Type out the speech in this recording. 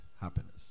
happiness